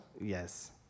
Yes